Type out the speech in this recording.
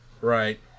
Right